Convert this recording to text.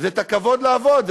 זה את הכבוד לעבוד,